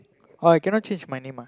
oh I cannot change my name ah